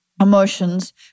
emotions